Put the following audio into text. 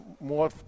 more